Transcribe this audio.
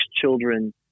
children